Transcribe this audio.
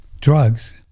drugs